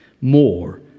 more